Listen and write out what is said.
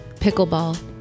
pickleball